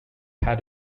had